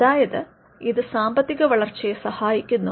അതായത് ഇത് സാമ്പത്തിക വളർച്ചയെ സഹായിക്കുന്നു